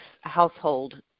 household